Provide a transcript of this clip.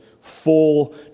full